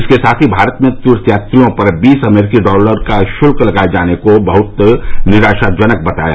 इसके साथ ही भारत ने तीर्थयात्रियों पर बीस अमरीकी डॉलर का शुल्क लगाये जाने को बहुत निरशाजनक बताया